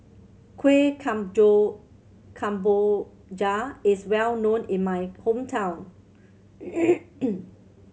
kuih kemboja is well known in my hometown